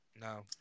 No